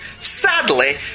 Sadly